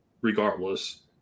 regardless